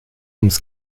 ums